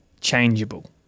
changeable